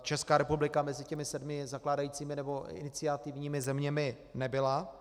Česká republika mezi těmi sedmi zakládajícími nebo iniciativními zeměmi nebyla.